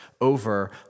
over